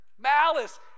malice